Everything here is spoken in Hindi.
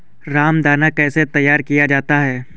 रामदाना कैसे तैयार किया जाता है?